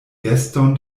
geston